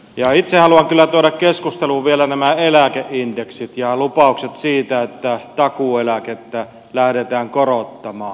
ja itse haluan kyllä tuoda keskusteluun vielä nämä eläkeindeksit ja lupaukset siitä että takuueläkettä lähdetään korottamaan